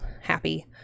happy